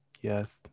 Yes